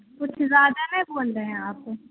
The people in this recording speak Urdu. کچھ زیادہ نہیں بول رہے ہیں آپ